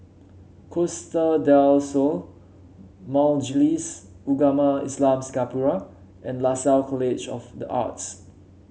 Costa Del Sol Majlis Ugama Islam Singapura and Lasalle College of the Arts